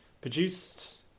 produced